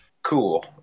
Cool